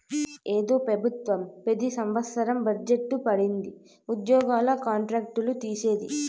ఏందో పెబుత్వం పెతి సంవత్సరం బజ్జెట్ పెట్టిది ఉద్యోగుల కాంట్రాక్ట్ లు తీసేది